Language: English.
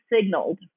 signaled